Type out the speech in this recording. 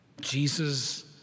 Jesus